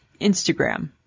Instagram